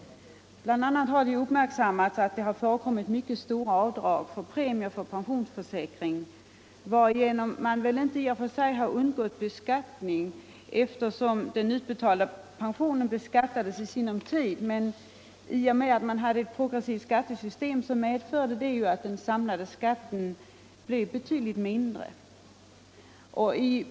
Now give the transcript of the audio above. SNRA Bl. a. har det uppmärksammats att det har förekommit mycket stora Beskattningsregleravdrag för premier för pensionsförsäkring, varigenom man väl inte i och — na för pensionsförför sig har undgått beskattning, eftersom den utbetalda pensionen be = säkringar, m.m. skattas i sinom tid, men i och med att vårt skattesystem är progressivt blir ju den samlade skatten betydligt mindre.